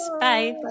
Bye